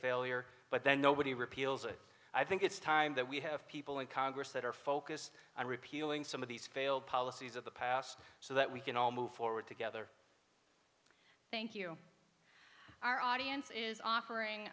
failure but then nobody repeals it i think it's time that we have people in congress that are focused on repealing some of these failed policies of the past so that we can all move forward together thank you